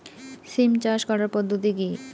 সিম চাষ করার পদ্ধতি কী?